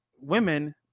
Women